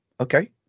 Okay